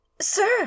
sir